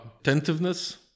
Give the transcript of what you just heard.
attentiveness